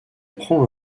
prend